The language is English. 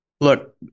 look